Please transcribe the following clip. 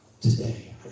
today